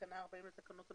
תקנה 40 לתקנות המקרקעין.